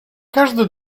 każdy